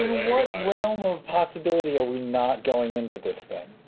what realm of possibility are we not going into this thing?